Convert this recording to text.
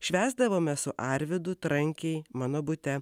švęsdavome su arvydu trankiai mano bute